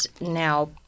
now